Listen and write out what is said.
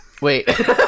Wait